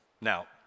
now